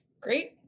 Great